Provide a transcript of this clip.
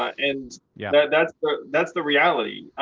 and yeah that's but that's the reality.